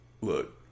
Look